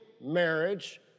marriage